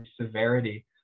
severity